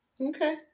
Okay